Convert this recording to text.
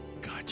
God